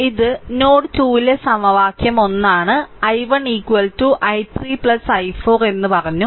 ഇത് നോഡ് 2 ലെ സമവാക്യം 1 ആണ് i1 i3 i4 എന്നും പറഞ്ഞു